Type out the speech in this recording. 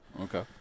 Okay